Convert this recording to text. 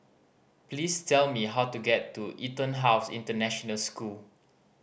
please tell me how to get to EtonHouse International School